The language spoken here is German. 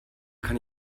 kann